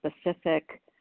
specific